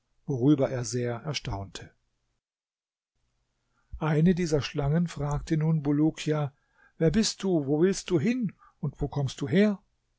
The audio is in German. worüber er sehr erstaunte eine dieser schlangen fragte nun bulukia wer bist du wo willst du hin und wo kommst du her